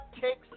takes